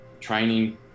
training